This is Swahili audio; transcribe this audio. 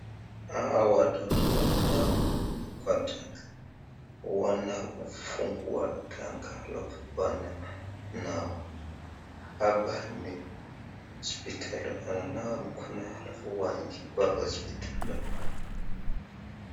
Hawa watoto wananawa mkono kwa tanki, wanafungua tanki alafu wananawa, hapa ni hospitali wananawa mkono alafu waingie kwa hospitali.